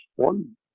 One